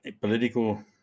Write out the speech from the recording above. political